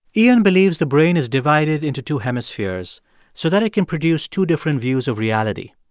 iain believes the brain is divided into two hemispheres so that it can produce two different views of reality.